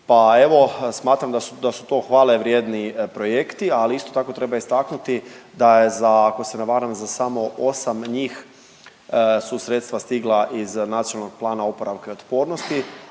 Pa evo smatram da su to hvale vrijedi projekti, ali isto tako treba istaknuti da je za, ako se ne varam, za samo 8 njih su sredstva stigla iz Nacionalnog plana oporavka i otpornosti,